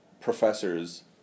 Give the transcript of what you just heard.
professors